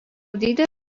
dydį